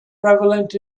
prevalent